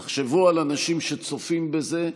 תחשבו על אנשים שצופים בזה.